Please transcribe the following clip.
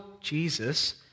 Jesus